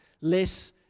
less